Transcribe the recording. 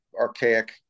archaic